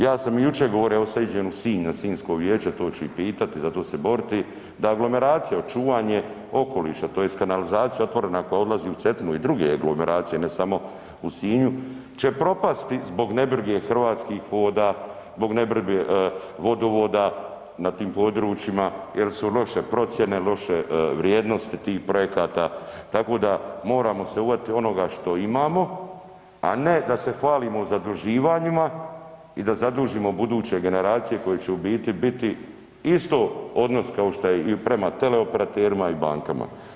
Ja sam i jučer govorio, evo sad iđem u Sinj na Sinjsko vijeće, to ću ih pitati, za to ću se boriti da aglomeracija očuvanje okoliša tj. kanalizacija otvorena koja odlazi u Cetinu i druge aglomeracije, ne samo u Sinju će propasti zbog nebrige Hrvatskih voda, zbog nebrige vodovoda na tim područjima jel su loše procjene, loše vrijednosti tih projekata tako da se moramo uhvatiti onoga što imamo, a ne da se hvalimo zaduživanjima i zadužimo buduće generacije koje će u biti, biti isto odnosa kao što je i prema teleoperaterima i bankama.